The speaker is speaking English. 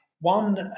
one